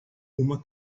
uma